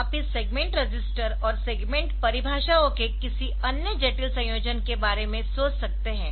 आप इस segment register और सेगमेंट परिभाषाओं के किसी अन्य जटिल संयोजन के बारे में सोच सकते है